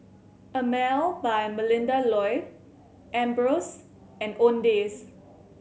Emel by Melinda Looi Ambros and Owndays